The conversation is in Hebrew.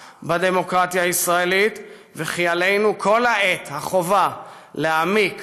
בדמוקרטיה הישראלית וכי עלינו מוטלת כל העת החובה להעמיק,